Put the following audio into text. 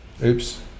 Oops